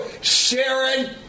Sharon